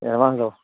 advance Dev